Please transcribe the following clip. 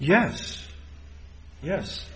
yes yes